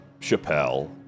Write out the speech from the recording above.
Chappelle